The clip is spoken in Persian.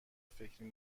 فکری